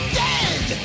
dead